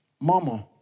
Mama